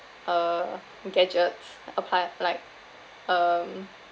uh gadgets appli~ like um